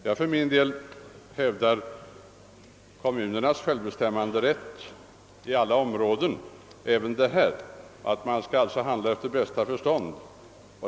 Jag hävdar kommunernas självbestämmanderätt på alla områden, även när det gäller den fria konkurrensen. De bör få handla efter bästa förstånd.